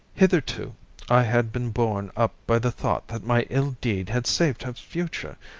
hitherto i had been borne up by the thought that my ill deed had saved her future,